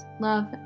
love